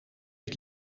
het